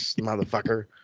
motherfucker